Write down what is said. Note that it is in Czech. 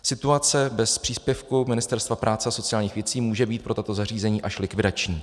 Situace bez příspěvku Ministerstva práce a sociálních věcí může být pro tato zařízení až likvidační.